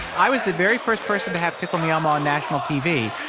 i was the very first person to have tickle me elmo on national tv.